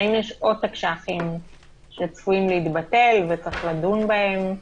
האם יש עוד תקש"חים שצפויים להתבטל וצריך לדון בהם.